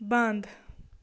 بنٛد